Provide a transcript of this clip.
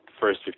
first